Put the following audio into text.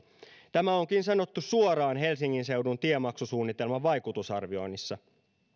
tämä onkin sanottu suoraan helsingin seudun tiemaksusuunnitelman vaikutusarvioinnissa